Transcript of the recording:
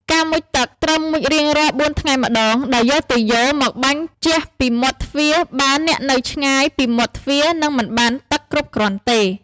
ការមុជទឹកត្រូវមុជរៀងរាល់បួនថ្ងៃម្តង ដោយយកទុយយ៉ូមកបាញ់ជះពីមាត់ទ្វារ បើអ្នកនៅឆ្ងាយពីមាត់ទ្វារនឹងមិនបានទឹកគ្រប់គ្រាន់ទេ។